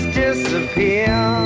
disappear